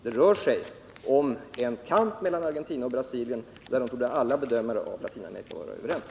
Det rör sig här om en kamp mellan Argentina och Brasilien; därom torde alla bedömare av Latinamerika vara överens.